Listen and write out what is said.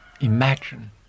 imagine